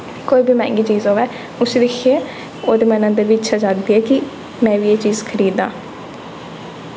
कोई बी मैंह्गी चीज़ होऐ उसी दिक्खियै ओह्दे मनै च इच्छा जागदी ऐ कि में बी एह् चीज खरीदां